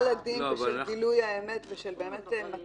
לדין ושל גילוי האמת ומתן חירות לגופים.